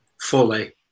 fully